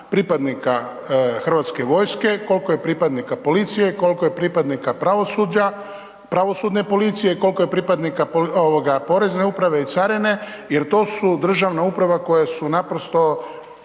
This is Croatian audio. pripadnika HV-a, koliko je pripadnika policije, koliko je pripadnika pravosuđa, pravosudne policije, koliko je pripadnika porezne uprave i carine jer to su državne uprave koje su naprosto